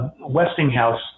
Westinghouse